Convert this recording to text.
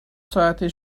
ساعتی